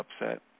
upset